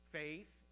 faith